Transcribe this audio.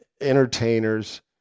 entertainers